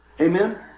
Amen